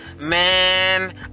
Man